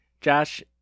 Josh